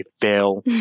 fail